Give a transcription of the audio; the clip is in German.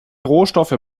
rohstoffe